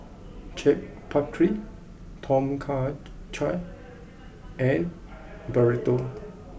Chaat Papri Tom Kha Gai and Burrito